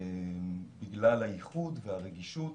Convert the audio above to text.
בגלל הייחוד והרגישות